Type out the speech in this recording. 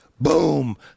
Boom